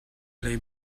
hlei